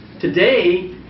Today